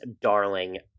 darling